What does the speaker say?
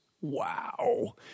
Wow